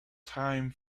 time